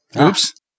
Oops